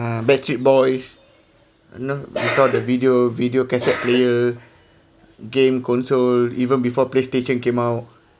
backstreet boys you know with all the video video cassette player game console even before playstation came out